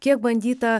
kiek bandyta